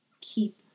keep